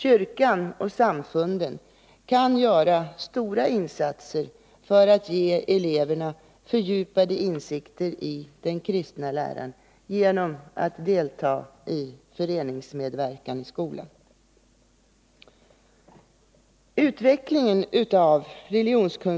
Kyrkan och samfunden kan göra stora insatser för att ge eleverna fördjupade insikter i den kristna läran, genom att bidra till föreningsmedverkan i skolan.